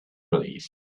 relieved